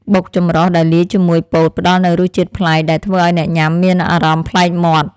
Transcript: បុកចម្រុះដែលលាយជាមួយពោតផ្តល់នូវរសជាតិប្លែកដែលធ្វើឱ្យអ្នកញ៉ាំមានអារម្មណ៍ប្លែកមាត់។